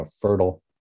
fertile